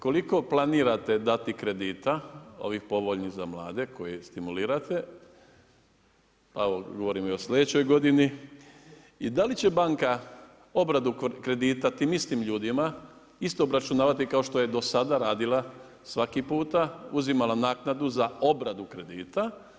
Koliko planirate dati kredita ovih povoljnih za mlade koje stimulirate pa govorim i o slijedećoj godini i da li će banka obradu kredita tim istim ljudima isto obračunavati kao što je dosada radila svaki puta, uzimala naknadu za obradu kredita?